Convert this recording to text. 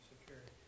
security